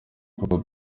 koko